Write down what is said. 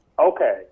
Okay